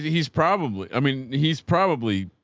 he's probably, i mean, he's probably,